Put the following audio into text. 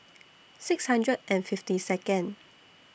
six hundred and fifty Second